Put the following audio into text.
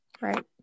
right